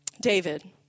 David